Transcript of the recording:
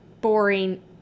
Boring